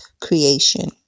creation